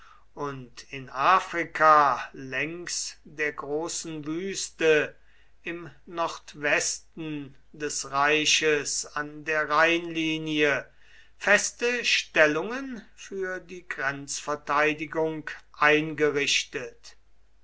und in afrika längs der großen wüste im nordwesten des reiches an der rheinlinie feste stellungen für die grenzverteidigung eingerichtet